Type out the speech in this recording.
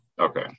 okay